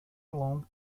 along